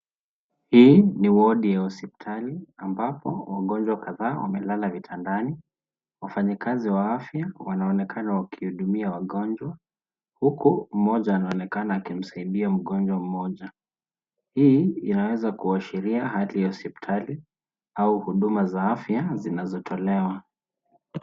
Hii ni wodi ya hospitali, ambapo wagonjwa kadhaa wamelala vitandani. Wafanyikazi wa afya wanaonekana wakihudumia wagonjwa, huku mmoja anaonekana akimsaidia mgonjwa mmoja. Hii inaweza kuashiria hali ya hospitali au huduma za afya zinazotolewa.